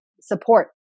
support